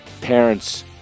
parents